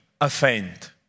offend